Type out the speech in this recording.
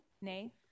Nay